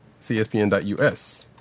cspn.us